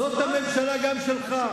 זאת גם הממשלה שלך.